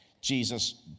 Jesus